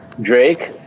Drake